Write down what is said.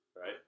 right